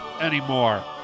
anymore